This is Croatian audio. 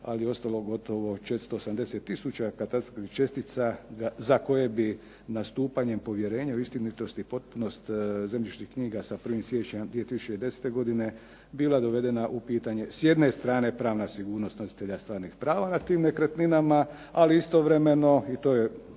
ali je ostalo gotovo 480 katastarskih čestica za koje bi nastupanjem povjerenja o istinitosti i potpunosti zemljišnih knjiga sa 1. siječnja 2010. godine bila dovedena u pitanje s jedne strane pravna sigurnosti nositelja stvarnih prava nad tim nekretninama. A istovremeno i to je